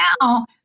now